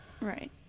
right